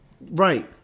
Right